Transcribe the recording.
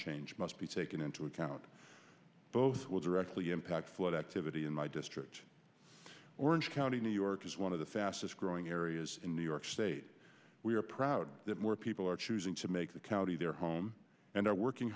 change must be taken into account both will directly impact flood activity in my district orange county new york is one of the fastest growing areas in new york state we are proud that more people are choosing to make the county their home and are working